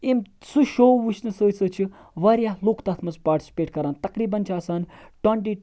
یِم سُہ شو وٕچھنہٕ سۭتۍ سۭتۍ چھِ واریاہ لُکھ تَتھ مَنٛز پاٹسِپیٹ کَران تَقریباً چھِ آسان ٹُوٚنٹی